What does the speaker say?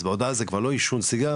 אז בהודעה זה לא עישון סיגריות,